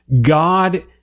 God